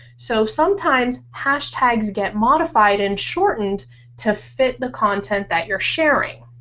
so sometimes hashtags get modified and shortened to fit the content that you're sharing.